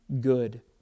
good